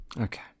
Okay